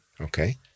Okay